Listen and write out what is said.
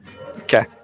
Okay